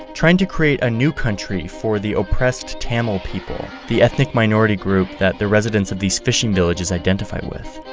trying to create a new country for the oppressed tamil people, the ethnic minority group that the residents of these fishing villages identify with.